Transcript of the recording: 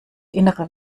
innere